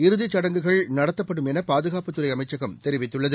இறுதிச் சடங்குகள் நடத்தப்படும் என பாதுகாப்புத்துறை அமைச்சகம் தெரிவித்துள்ளது